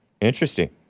Interesting